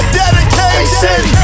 dedication